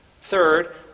Third